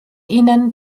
ihnen